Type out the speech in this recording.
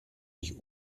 mich